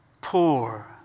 poor